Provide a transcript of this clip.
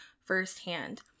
firsthand